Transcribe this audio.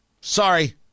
Sorry